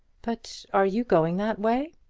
but are you going that way?